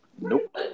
Nope